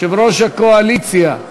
יושב-ראש הקואליציה.